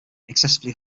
excessively